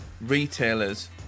retailers